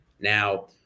Now